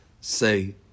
say